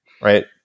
right